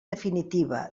definitiva